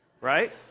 right